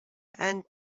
and